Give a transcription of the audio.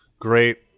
Great